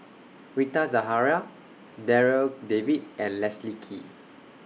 Rita Zahara Darryl David and Leslie Kee